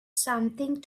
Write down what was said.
something